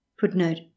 Footnote